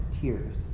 tears